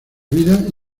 vidas